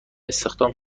استخدام